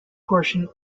portion